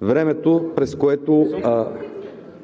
времето, през което